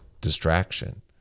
distraction